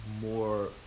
more